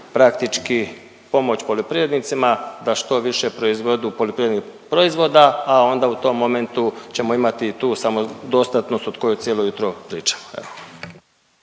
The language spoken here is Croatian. praktički pomoć poljoprivrednicima da što više proizvodu poljoprivrednih proizvoda, a onda u tom momentu ćemo imati i tu samodostatnost o kojoj cijelo jutro pričamo.